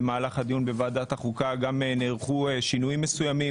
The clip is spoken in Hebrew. במהלך הדיון בוועדת החוקה גם נערכו שינויים מסוימים.